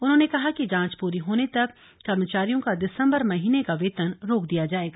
उन्होंने कहा कि जांच पूरी होने तक कर्मचारियों का दिसम्बर महीने का वेतन रोक दिया जाएगा